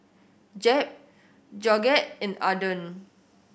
Jeb Georgette and Arden